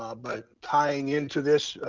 ah but tying into this,